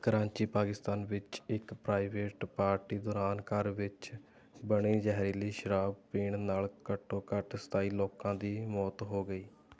ਕਰਾਚੀ ਪਾਕਿਸਤਾਨ ਵਿੱਚ ਇੱਕ private party ਦੌਰਾਨ ਘਰ ਵਿੱਚ ਬਣੀ ਜ਼ਹਿਰੀਲੀ ਸ਼ਰਾਬ ਪੀਣ ਨਾਲ ਘੱਟੋ ਘੱਟ ਸਤਾਈ ਲੋਕਾਂ ਦੀ ਮੌਤ ਹੋ ਗਈ